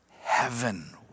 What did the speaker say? Heaven